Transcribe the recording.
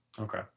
okay